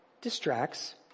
distracts